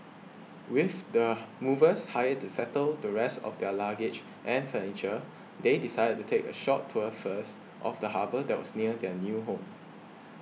with the movers hired to settle the rest of their luggage and furniture they decided to take a short tour first of the harbour that was near their new home